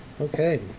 Okay